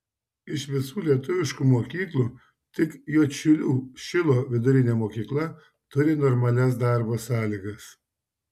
iš visų lietuviškų mokyklų tik juodšilių šilo vidurinė mokykla turi normalias darbo sąlygas